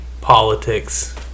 politics